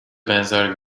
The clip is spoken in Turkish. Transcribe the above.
benzer